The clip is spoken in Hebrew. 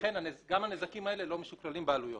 הנזקים האלה לא משוקללים בעלויות.